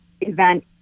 event